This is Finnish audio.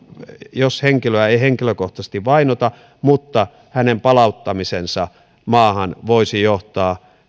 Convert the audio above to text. jos henkilöä ei henkilökohtaisesti vainota mutta hänen palauttamisensa maahan voisi johtaa